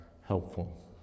helpful